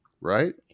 right